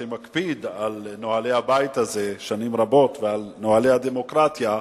שמקפיד על נוהלי הבית הזה שנים רבות ועל נוהלי הדמוקרטיה,